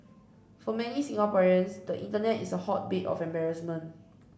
for many Singaporeans the internet is a hotbed of embarrassment